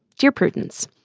dear prudence,